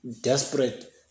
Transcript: desperate